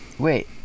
Wait